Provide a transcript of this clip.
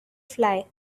fly